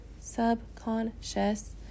subconscious